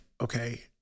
okay